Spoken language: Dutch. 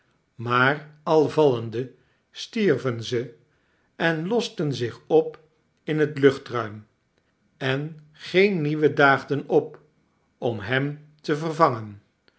maar al vallende stierven ze en losten zich op in het luchtruim en geen nieuwe daagden op om hem te vervangen